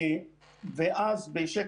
ואז אנחנו